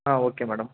okay madam